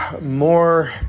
more